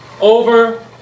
over